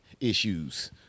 issues